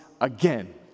again